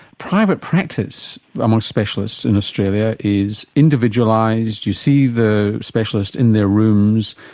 private practice among specialists in australia is individualised, you see the specialist in their rooms,